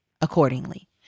accordingly